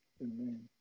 Amen